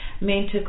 mental